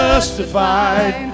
Justified